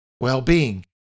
well-being